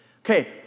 Okay